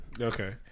Okay